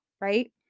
right